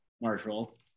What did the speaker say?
Marshall